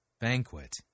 banquet